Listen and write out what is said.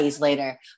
later